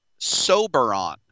Soberon